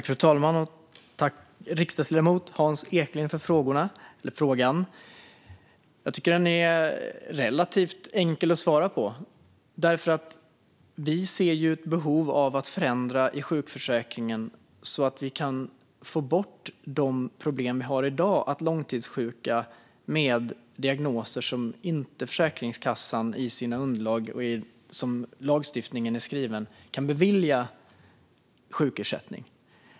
Fru talman! Tack, riksdagsledamoten Hans Eklind, för frågan! Den är relativt enkel att besvara. Vi ser ett behov av att göra förändringar i sjukförsäkringen så att man får bort de problem som finns i dag med att långtidssjuka med diagnoser inte kan bli beviljade sjukersättning enligt Försäkringskassans underlag och så som lagstiftningen är skriven.